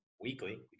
weekly